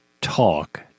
talk